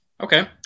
Okay